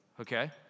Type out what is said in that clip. okay